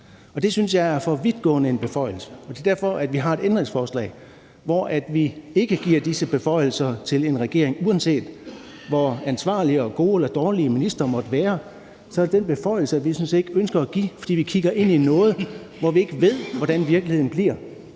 er en for vidtgående beføjelse, og det er derfor, at vi har et ændringsforslag, hvor vi ikke giver disse beføjelser til en regering. Uanset hvor ansvarlige og gode eller dårlige ministre måtte være, er det en beføjelse, vi sådan set ikke ønsker at give, fordi vi kigger ind i noget, hvor vi ikke ved, hvordan virkeligheden bliver.